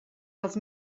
els